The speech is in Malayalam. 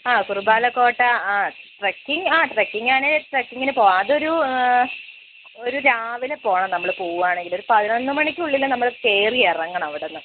ആ കുറുമ്പാലക്കോട്ട ആ ട്രെക്കിങ്ങ് ആ ട്രെക്കിങ്ങാണേ ട്രെക്കിങ്ങിനു പോകാം അതൊരു ഒരു രാവിലെ പോകണം നമ്മൾ പോവാണെങ്കിൽ ഒരു പതിനൊന്നു മണിക്കുള്ളിൽ നമ്മൾ കയറിയിറങ്ങണം അവിടുന്ന്